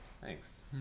thanks